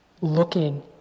looking